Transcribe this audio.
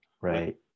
right